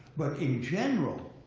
but in general,